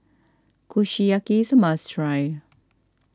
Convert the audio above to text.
Kushiyaki is a must try